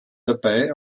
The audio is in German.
dabei